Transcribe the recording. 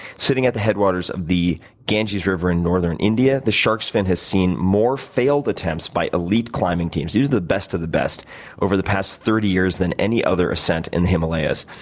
sitting at the headwaters of the ganges river in northern india, the shark's fin has seen more failed attempts by elite climbing teams the best of the best over the past thirty years than any other ascent in the himalayas.